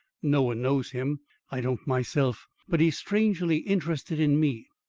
no one knows him i don't myself. but he's strangely interested in me.